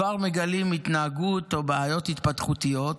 כבר מגלים התנהגותו או בעיות התפתחותיות,